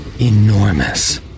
enormous